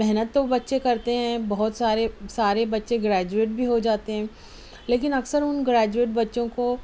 محنت تو بچے کرتے ہیں بہت سارے سارے بچے گریجویٹ بھی ہو جاتے ہیں لیکن اکثر اُن گریجویٹ بچوں کو